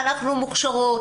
אנחנו מוכשרות,